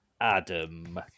Adam